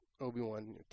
Obi-Wan